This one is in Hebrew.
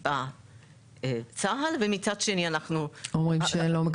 בהולדה בעוולה הם יכלו לבוא ולהגיד: עשו לי עוול.